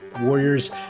Warriors